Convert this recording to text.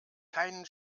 keinen